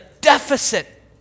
deficit